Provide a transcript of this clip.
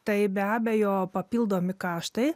tai be abejo papildomi kaštai